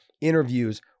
interviews